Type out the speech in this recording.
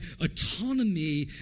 autonomy